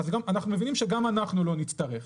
אנחנו מבינים שגם אנחנו לא נצטרך.